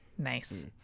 Nice